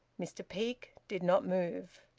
mr peake did not move.